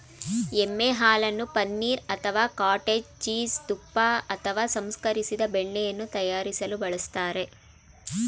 ಎಮ್ಮೆ ಹಾಲನ್ನು ಪನೀರ್ ಅಥವಾ ಕಾಟೇಜ್ ಚೀಸ್ ತುಪ್ಪ ಅಥವಾ ಸಂಸ್ಕರಿಸಿದ ಬೆಣ್ಣೆಯನ್ನು ತಯಾರಿಸಲು ಬಳಸ್ತಾರೆ